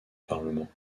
parlement